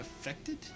affected